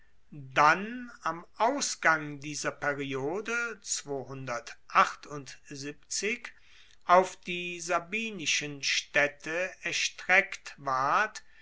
dann am ausgang dieser periode auf die sabinischen staedte erstreckt ward